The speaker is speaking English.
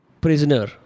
prisoner